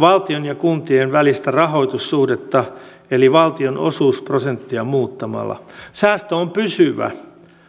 valtion ja kuntien välistä rahoitussuhdetta eli valtion osuusprosenttia muuttamalla säästö on pysyvä